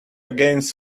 against